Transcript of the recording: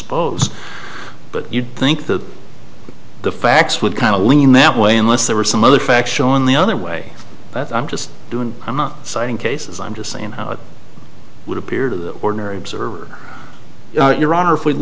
suppose but you'd think the the facts would kind of lean that way unless there were some other faction on the other way that i'm just doing i'm not citing cases i'm just saying how it would appear to the ordinary observer your honor if we